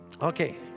Okay